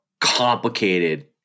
complicated